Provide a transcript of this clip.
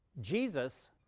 Jesus